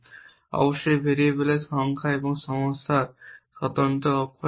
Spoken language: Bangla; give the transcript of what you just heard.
অবশ্যই ভেরিয়েবলের সংখ্যা এই সমস্যার স্বতন্ত্র অক্ষরের সংখ্যা